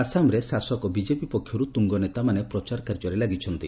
ଆସାମରେ ଶାସକ ବିଜେପି ପକ୍ଷରୁ ୍ତୁଙ୍ଗନେତାମାନେ ପ୍ରଚାର କାର୍ଯ୍ୟରେ ଲାଗିଛନ୍ତି